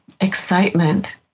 excitement